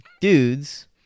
dudes